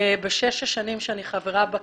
בשש השנים שאני חברה בכנסת,